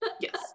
Yes